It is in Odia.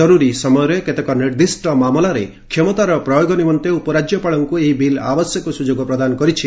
ଜର୍ରରୀ ସମୟରେ କେତେକ ନିର୍ଦ୍ଦିଷ୍ଟ ମାମଲାରେ କ୍ଷମତାର ପ୍ୟୋଗ ନିମନ୍ତେ ଉପରାଜ୍ୟପାଳଙ୍କୁ ଏହି ବିଲ୍ ଆବଶ୍ୟକ ସୁଯୋଗ ପ୍ରଦାନ କରିଛି